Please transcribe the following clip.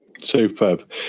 Superb